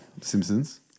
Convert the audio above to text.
Simpsons